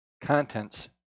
contents